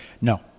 No